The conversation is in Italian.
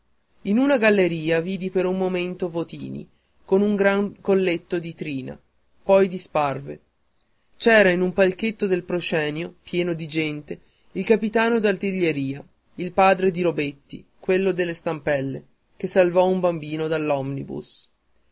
in una galleria vidi per un momento votini con un gran colletto di trina poi disparve c'era in un palchetto del proscenio pieno di gente il capitano d'artiglieria il padre di robetti quello delle stampelle che salvò un bambino dall'omnibus